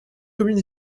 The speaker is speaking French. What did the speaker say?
commune